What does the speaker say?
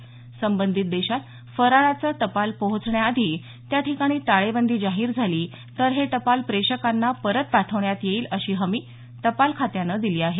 मात्र संबंधित देशात फराळाचं टपाल पोहोचण्याआधी त्या ठिकाणी टाळेबंदी जाहीर झाली तर हे टपाल प्रेषकांना परत पाठवण्यात येईल अशी हमी टपाल खात्यानं दिली आहे